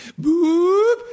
Boop